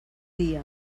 dia